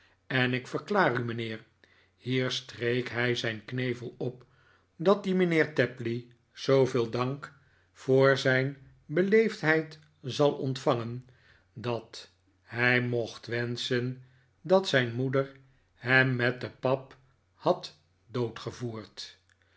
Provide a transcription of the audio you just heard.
en ik verklaar u mijnheer hier streek hij zijn knevel op dat die mark tapley zooveel dank voor zijn beleefdheid zal ontvangen dat hij mocht wenschen dat zijn moeder hem met de pap had doodgevoerd